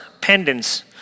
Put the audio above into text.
pendants